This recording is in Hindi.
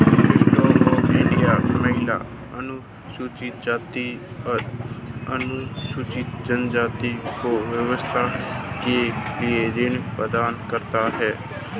स्टैंड अप इंडिया महिला, अनुसूचित जाति व अनुसूचित जनजाति को व्यवसाय के लिए ऋण प्रदान करता है